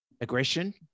aggression